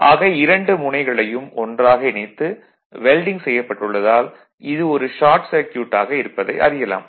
ஆக இரண்டு முனைகளையும் ஒன்றாக இணைத்து வெல்டிங் செய்யப்பட்டுள்ளதால் இது ஒரு ஷார்ட் சர்க்யூட் ஆக இருப்பதை அறியலாம்